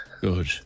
Good